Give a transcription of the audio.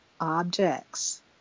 objects